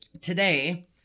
today